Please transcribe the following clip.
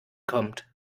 kommt